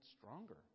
stronger